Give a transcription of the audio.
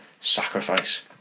sacrifice